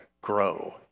grow